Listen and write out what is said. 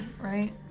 right